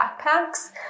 backpacks